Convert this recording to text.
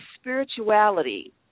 spirituality